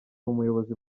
umuyobozi